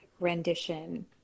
rendition